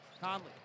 Conley